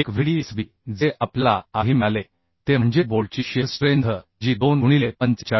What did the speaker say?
एक Vdsb जे आपल्याला आधी मिळाले ते म्हणजे बोल्टची शिअर स्ट्रेंथ जी 2 गुणिले 45